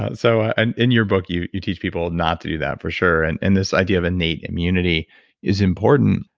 ah so and in your book you you teach people not to do that for sure. and and this idea of innate immunity is important.